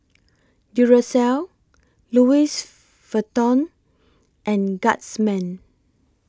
Duracell Louis Vuitton and Guardsman